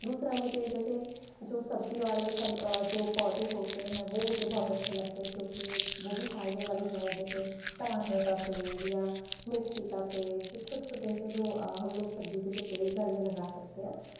दूसरा मुझे जैसे जो सब्जी वाले जो पौधे होते हैं वो मुझे बहुत अच्छे लगते हैं क्योंकि वो भी फाइदेमंद हैं जैसे टमाटर का पेड़ या मिर्ची का पेड़ जो छोटे छोटे से जो हम लोग सब्जी के जो पेड़ घर में लगा सकते हैं